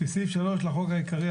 בסעיף 3 לחוק העיקרי,